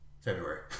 February